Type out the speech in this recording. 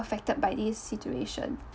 affected by this situation